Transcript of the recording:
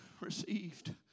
received